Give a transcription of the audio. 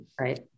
Right